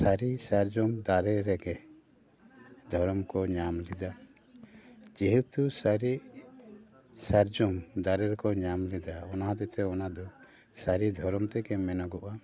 ᱥᱟᱹᱨᱤ ᱥᱟᱨᱡᱚᱢ ᱫᱟᱨᱮ ᱨᱮᱜᱮ ᱫᱷᱚᱨᱚᱢ ᱠᱚ ᱧᱟᱢ ᱞᱮᱫᱟ ᱡᱮᱦᱮᱛᱩ ᱥᱟᱹᱨᱤ ᱥᱟᱨᱡᱚᱢ ᱫᱟᱨᱮ ᱨᱮᱠᱚ ᱧᱟᱢ ᱞᱮᱫᱟ ᱚᱱᱟ ᱦᱚᱛᱮᱫ ᱛᱮ ᱚᱱᱟ ᱫᱚ ᱥᱟᱹᱨᱤ ᱫᱷᱚᱨᱚᱢ ᱛᱮᱜᱮ ᱢᱮᱱᱚᱜᱚᱜᱼᱟ